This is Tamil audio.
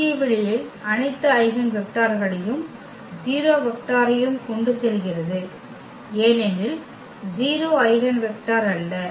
பூஜ்ய வெளியில் அனைத்து ஐகென் வெக்டர்களையும் 0 வெக்டாரையும் கொண்டு செல்கிறது ஏனெனில் 0 ஐகென் வெக்டர் அல்ல